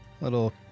little